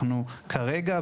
כרגע,